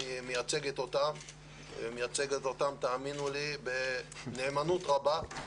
היא מייצגת אותם ותאמינו לי שהיא מייצגת אותם בנאמנות רבה.